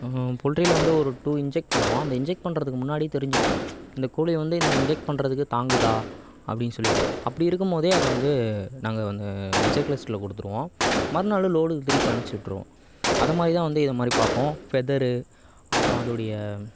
அங்கே போல்ட்ரியில் வந்து ஒரு டூ இன்ஜெக்ட் பண்ணுவோம் அந்த இன்ஜெக்ட் பண்ணுறதுக்கு முன்னாடியே தெரிஞ்சிடும் இந்த கோழி வந்து இந்த இன்ஜெக்ட் பண்ணுறதுக்கு தாங்குதான்னு அப்படின்னு சொல்லிகிட்டு அப்படி இருக்கும்போதே அதை வந்து நாங்கள் வந்து ரிஜெக்ட் லிஸ்ட்டில் கொடுத்துருவோம் மறுநாள் லோடுக்கு திரும்பி அனுப்புச்சு விட்டிருவோம் அது மாதிரிதான் வந்து இதை மாதிரி பார்ப்போம் ஃபெதர் அப்புறம் அதோடைய